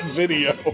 video